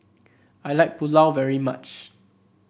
I like Pulao very much